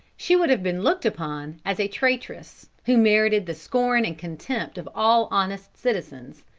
she would have been looked upon as a traitress, who merited the scorn and contempt of all honest citizens.